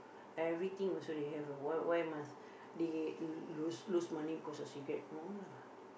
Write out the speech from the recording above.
everything also they have why why must they lose lose lose money because of cigarettes no lah